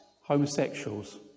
homosexuals